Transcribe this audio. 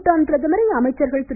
பூடான் பிரதமரை அமைச்சர்கள் திரு